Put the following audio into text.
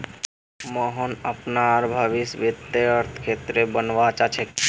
मोहन अपनार भवीस वित्तीय क्षेत्रत बनवा चाह छ